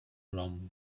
from